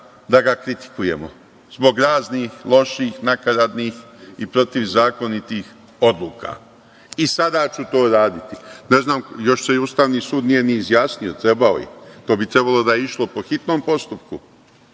da ga kritikujemo zbog raznih loših, nakaradnih i protivzakonitih odluka. I sada ću to raditi. Ne znam, još se i Ustavni sud nije ni izjasnio. Trebao je. To bi trebalo da je išlo po hitnom postupku.